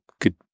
good